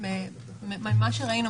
ממה שראינו,